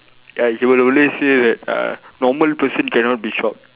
ya he will always say that uh normal person cannot be shot